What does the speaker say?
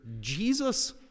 Jesus